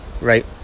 right